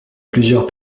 plusieurs